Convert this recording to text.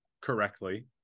correctly